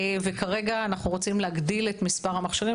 כרגע אנחנו רוצים להגדיל את מספר המכשירים